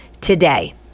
today